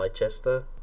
Leicester